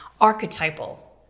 archetypal